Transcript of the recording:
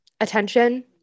attention